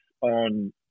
on